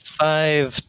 five